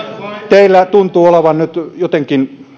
teillä tuntuu olevan nyt jotenkin